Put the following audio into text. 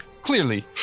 clearly